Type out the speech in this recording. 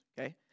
okay